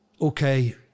Okay